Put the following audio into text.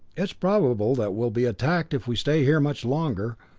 it's probable that we'll be attacked if we stay here much longer,